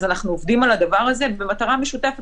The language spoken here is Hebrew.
אנחנו עובדים על הדבר הזה במטרה משותפת